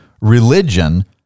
Religion